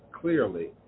clearly